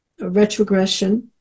retrogression